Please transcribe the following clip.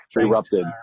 erupted